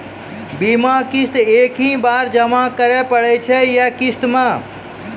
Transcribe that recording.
बीमा किस्त एक ही बार जमा करें पड़ै छै या किस्त मे?